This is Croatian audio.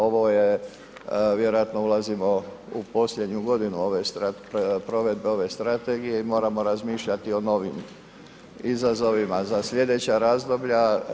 Ovo je vjerojatno ulazimo u posljednju godinu ove, provedbe ove strategije i moramo razmišljati o novim izazovima za slijedeća razdoblja.